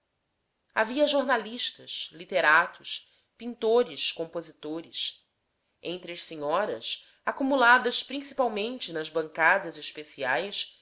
pedidos havia jornalistas literatos pintores compositores entre as senhoras acumuladas principalmente nas bancadas especiais